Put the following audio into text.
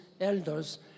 Elders